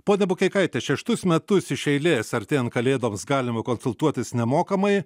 pone bukeikaite šeštus metus iš eilės artėjant kalėdoms galima konsultuotis nemokamai